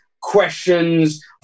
questions